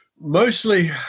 Mostly